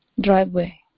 driveway